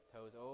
Toes